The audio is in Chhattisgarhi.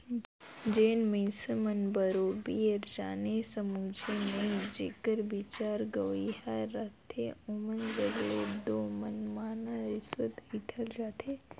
जेन मइनसे मन बरोबेर जाने समुझे नई जेकर बिचारा गंवइहां रहथे ओमन जग ले दो मनमना रिस्वत अंइठल जाथे